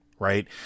right